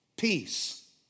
peace